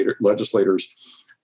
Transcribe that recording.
legislators